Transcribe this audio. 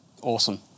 Awesome